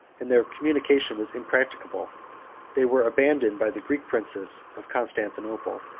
and their communication was impracticable they were abandoned by the greek princes of constantinople,